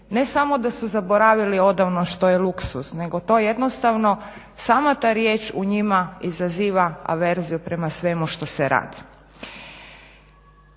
ne samo da su zaboravili odavno što je luksuz, nego to jednostavno sama ta riječ u njima izaziva averziju prema svemu što se radi.